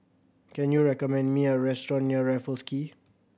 can you recommend me a restaurant near Raffles Quay